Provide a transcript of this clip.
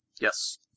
Yes